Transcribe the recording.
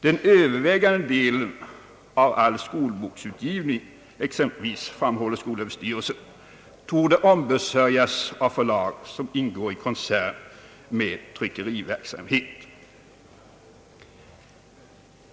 Den övervägande delen av all skolboksutgivning exempelvis — framhåller skolöverstyrelsen — torde ombesörjas av förlag som ingår i koncern med tryckeriverksamhet.